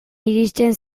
iristen